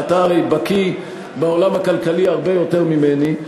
ואתה הרי בקי בעולם הכלכלי הרבה יותר ממני,